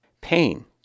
Pain